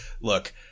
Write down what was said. Look